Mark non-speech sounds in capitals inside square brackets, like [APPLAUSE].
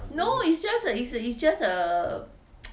no it's just a it's a it's just a [NOISE]